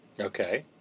Okay